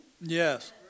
Yes